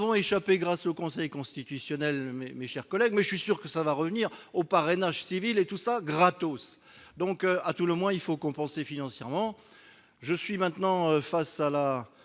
échappé grâce au Conseil constitutionnel, mais mes chers collègues, mais je suis sûr que ça va revenir au parrainage civil et tout ça gratos, donc à tout le moins, il faut compenser financièrement, je suis maintenant face à la